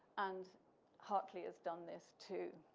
and hartley has done this too.